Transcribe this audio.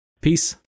Peace